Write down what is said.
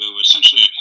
essentially